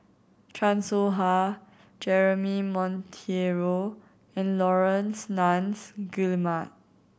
Chan Soh Ha Jeremy Monteiro and Laurence Nunns Guillemard